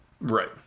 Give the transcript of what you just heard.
Right